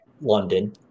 London